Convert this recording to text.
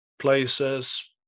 places